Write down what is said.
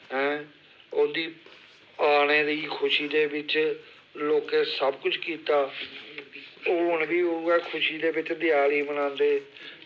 ऐं ओह्दी औने दी खुशी दे बिच्च लोकें सबकिश कीता ते हून बी उ'ऐ खुशी दे बिच्च देआली मनांदे